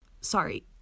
Sorry